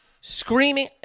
screaming